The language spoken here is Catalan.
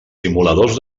simuladors